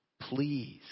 Please